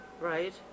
Right